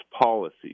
policies